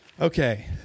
Okay